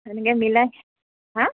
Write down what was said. সেনেকে মিলাই হাঁ